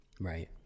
Right